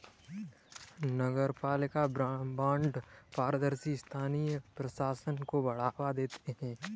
नगरपालिका बॉन्ड पारदर्शी स्थानीय प्रशासन को बढ़ावा देते हैं